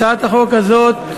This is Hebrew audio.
הצעת החוק הזאת,